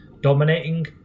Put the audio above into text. dominating